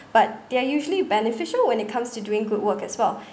but they're usually beneficial when it comes to doing group work as well